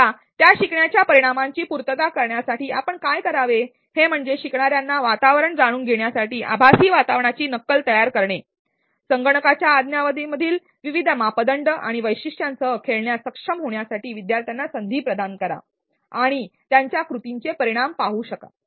आता त्या शिकण्याच्या परिणामाची पूर्तता करण्यासाठी आपण काय करावे हे म्हणजे शिकणाऱ्यांना वातावरण जाणून घेण्यासाठी आभासी वातावरणाची नक्कल तयार करणे संगणकाच्या आज्ञावलीमधील विविध मापदंड आणि वैशिष्ट्यांसह खेळण्यास सक्षम होण्यासाठी विद्यार्थ्यांना संधी प्रदान करा आणि त्यांच्या कृतीचा परिणाम देखील पाहण्यात सक्षम होतील